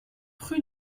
rue